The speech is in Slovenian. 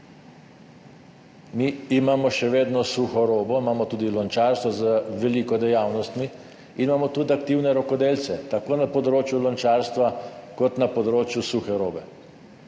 Mi imamo še vedno suho robo, imamo tudi lončarstvo z veliko dejavnostmi, imamo tudi aktivne rokodelce, tako na področju lončarstva kot na področju suhe robe.